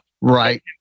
right